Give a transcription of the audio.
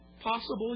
possible